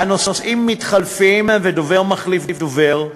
והנושאים מתחלפים ודובר מחליף דובר,